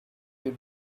you